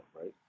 right